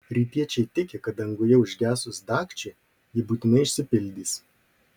rytiečiai tiki kad danguje užgesus dagčiui ji būtinai išsipildys